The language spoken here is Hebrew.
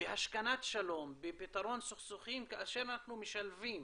בהשכנת שלום ובפתרון סכסוכים כאשר אנחנו משלבים